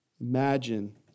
Imagine